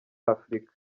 afurika